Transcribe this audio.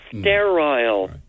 sterile